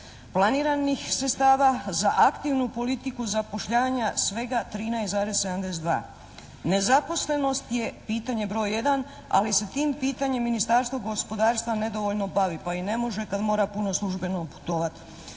planiranih sredstava, za aktivnu politiku zapošljavanja svega 13,72. Nezaposlenost je pitanje broj jedan, ali se tim pitanjem Ministarstvo gospodarstva nedovoljno bavi, pa i ne može kad mora puno službeno putovati.